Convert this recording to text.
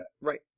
Right